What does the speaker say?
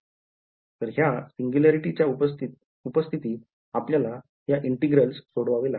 तर ह्या सिंग्युलॅरिटीच्या उपस्थितीत आपल्याला ह्या integrals सोडवावे लागतील